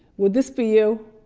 would this be you?